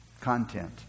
content